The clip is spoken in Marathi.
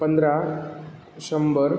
पंधरा शंभर